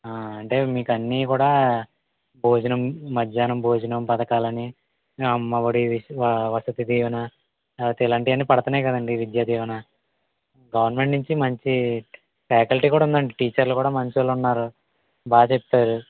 అంటే మీకు అన్ని కూడా భోజనం మధ్యాహ్నం భోజనం పథకాలని అమ్మఒడి వసతి దివేన ఇలాంటివన్నీ పడుతున్నాయి కదండి విద్య దీవెన గవర్నమెంట్ నుంచి మంచి ఫాకల్టీ కూడా ఉందండి టీచర్లు కూడా మంచి వాళ్లు బాగా చెప్తారు